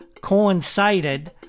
coincided